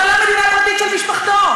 זו לא המדינה הפרטית של משפחתו.